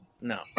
No